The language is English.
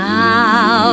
now